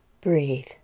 Breathe